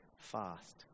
fast